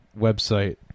website